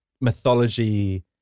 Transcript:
mythology